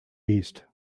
east